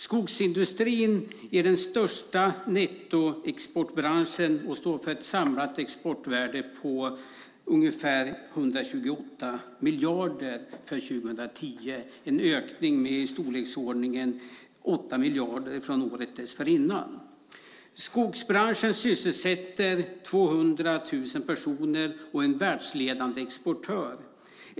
Skogsindustrin är den största nettoexportbranschen och står för ett samlat exportvärde på ungefär 128 miljarder för år 2010, en ökning med i storleksordningen 8 miljarder från året dessförinnan. Skogsbranschen sysselsätter 200 000 personer och är en världsledande exportör.